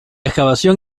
excavación